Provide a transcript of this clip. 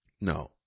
no